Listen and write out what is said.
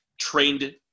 trained